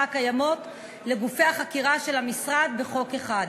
הקיימות לגופי החקירה של המשרד בחוק אחד.